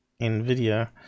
NVIDIA